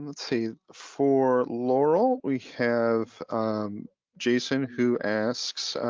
let's see, for laurel, we have jason who asks,